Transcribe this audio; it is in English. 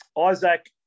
Isaac